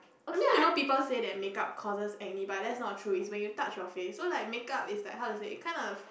I mean you know people say that makeup causes acne but that's not true is when you touch your face so like makeup is like how to say it kind of